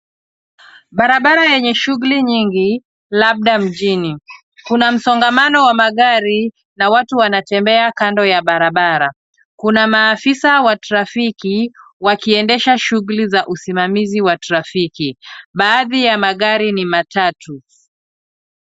Barabara yenye shughuli nyingi, labda mjini. Kuna msongamano wa magari na watu wanatembea kando ya barabara. Kuna maafisa wa trafiki, wakiendesha shughuli za usimamizi wa trafiki. Baadhi ya magari ni matatu.